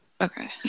okay